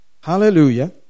Hallelujah